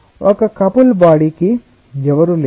ఒక couple body కి ఎవరూ లేరు